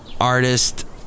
artist